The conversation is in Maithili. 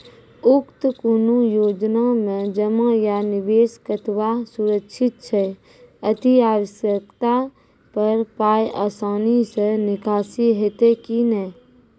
उक्त कुनू योजना मे जमा या निवेश कतवा सुरक्षित छै? अति आवश्यकता पर पाय आसानी सॅ निकासी हेतै की नै?